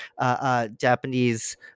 Japanese